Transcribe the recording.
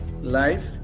life